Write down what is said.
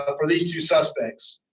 ah for these two suspects.